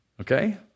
Okay